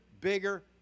bigger